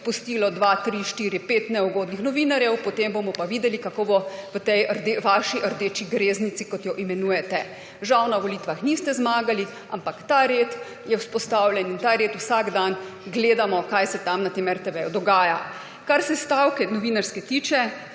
odpustilo 2, 3, 4, 5 neugodnih novinarjev, potem bomo pa videli, kako bo v tej vaši rdeči greznici, kot jo imenujete. Žal na volitvah niste zmagali, ampak ta red je vzpostavljen in ta red vsak dan gledamo, kaj se na tem RTV dogaja. Kar se novinarske stavke